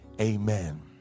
Amen